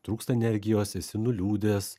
trūksta energijos esi nuliūdęs